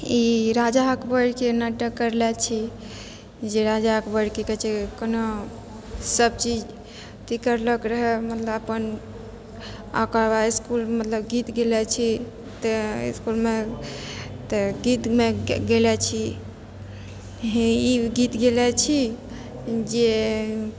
ई राजा अकबरके नाटक कएने छी जे राजा अकबर की कहै छै कोना सब चीज की करलक रहै मतलब अपन आओर ओकरबाद इसकुल मतलब गीत गएने छी तऽ इसकुलमे तऽ गीतमे गएने छी ई गीत गएने छी जे